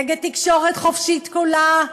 נגד התקשורת החופשית כולה.